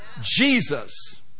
Jesus